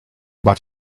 but